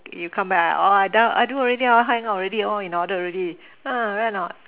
you come back I ah I done I do already I hang out already all in order already ah right or not